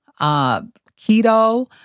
keto